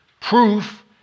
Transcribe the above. proof